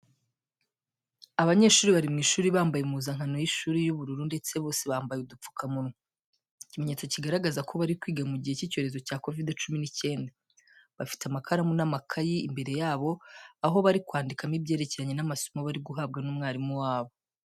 Abanyeshuri bari mu ishuri bambaye impuzankano y'ishuri y'ubururu ndetse bose bambaye udupfukamunwa, ikimenyetso kigaragaza ko bari kwiga mu gihe cy'icyorezo cya COVID-19. Bafite amakaramu n'amakayi imbere yabo aho bari kwandikamo ibyerekeranye n'amasomo bari guhabwa n'umwarimu wabo.